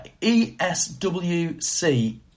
ESWC